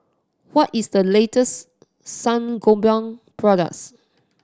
what is the latest Sangobion products